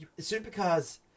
supercars